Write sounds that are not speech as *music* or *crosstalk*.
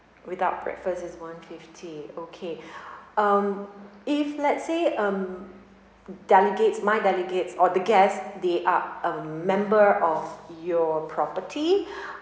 without breakfast is one fifty okay *breath* um if let's say um delegates my delegates or the guests they are um member of your property *breath*